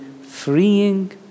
freeing